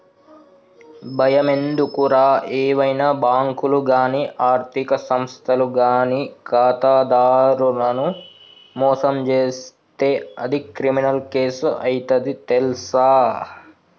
బయమెందుకురా ఏవైనా బాంకులు గానీ ఆర్థిక సంస్థలు గానీ ఖాతాదారులను మోసం జేస్తే అది క్రిమినల్ కేసు అయితది తెల్సా